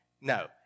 No